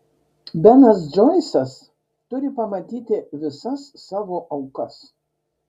benas džoisas turi pamatyti visas savo aukas